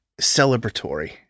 celebratory